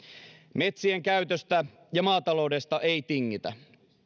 metsien käytöstä ja maataloudesta ei tingitä